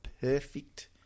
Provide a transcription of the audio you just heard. perfect